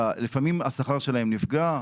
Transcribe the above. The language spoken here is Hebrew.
ולפעמים שכר העובדים נפגע.